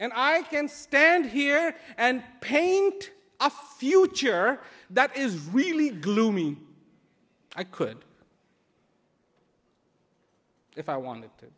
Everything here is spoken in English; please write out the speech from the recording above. and i can stand here and paint a future that is really gloomy i could if i wanted to